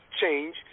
change